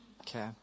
Okay